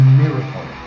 miracle